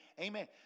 Amen